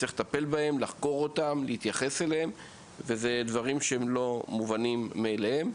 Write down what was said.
יש לטפל בזה וזה לא מובן מאליו.